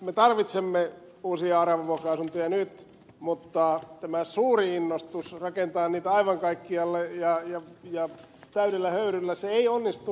me tarvitsemme uusia aravavuokra asuntoja nyt mutta tämä suuri innostus rakentaa niitä aivan kaikkialle ja täydellä höyryllä se ei onnistu niin